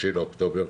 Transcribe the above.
6 באוקטובר.